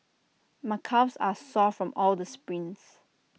my calves are sore from all the sprints